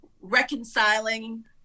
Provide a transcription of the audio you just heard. reconciling